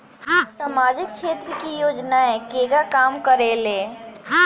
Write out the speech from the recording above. सामाजिक क्षेत्र की योजनाएं केगा काम करेले?